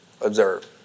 Observe